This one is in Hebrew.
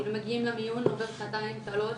כאילו מגיעים למיון, עוברות שעתיים-שלוש